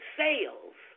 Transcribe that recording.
sales